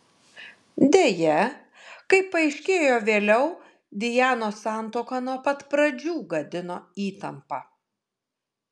deja kaip paaiškėjo vėliau dianos santuoką nuo pat pradžių gadino įtampa